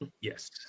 yes